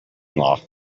law